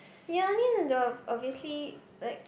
yeah I mean the obviously like